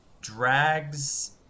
drags